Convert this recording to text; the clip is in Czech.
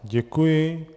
Děkuji.